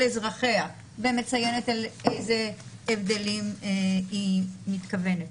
אזרחיה" ומציינת לאיזה הבדלים היא מתכוונת.